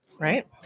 Right